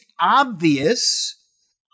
obvious